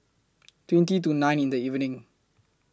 twenty to nine in The evening